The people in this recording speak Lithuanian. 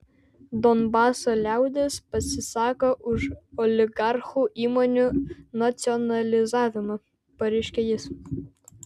donbaso liaudis pasisako už oligarchų įmonių nacionalizavimą pareiškė jis